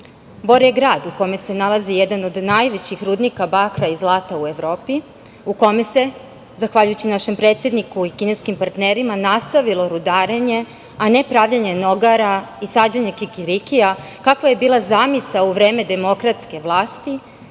Bor je grad u kome se nalazi jedan od najvećih rudnika bakra i zlata u Evropi, u kome se zahvaljujući našem predsedniku i kineskim partnerima nastavilo rudarenje, a ne pravljenje nogara i sađenje kikirikija, kakva je bila zamisao u vreme demokratske vlasti,